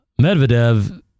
Medvedev